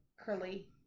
curly